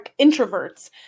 introverts